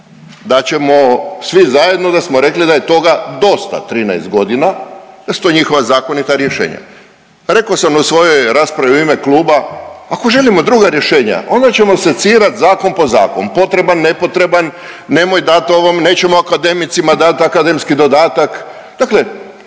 Da ćemo svi zajedno da smo rekli da je toga dosta 13 godina jer su to njihova zakonita rješenja. Rekao sam u svojoj raspravi u ime kluba ako želimo druga rješenja onda ćemo secirat zakon po zakon, potreban, nepotreban, nemoj dati ovome, nećemo akademicima dati akademski dodatak. Dakle,